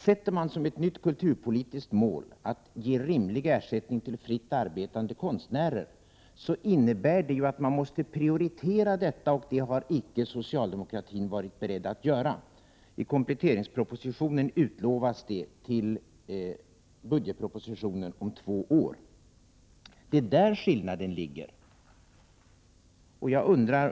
Sätter man som ett nytt kulturpolitiskt mål att ge rimlig ersättning till fritt arbetande konstnärer, innebär ju detta att man måste prioritera den saken, och det har socialdemokratin icke varit beredd att göra. I kompletteringspropositionen utlovas det till budgetpropositionen om två år. Det är där skillnaden ligger. Jag undrar